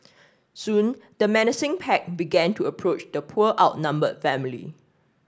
soon the menacing pack began to approach the poor outnumbered family